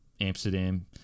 Amsterdam